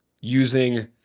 using